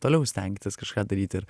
toliau stengtis kažką daryt ir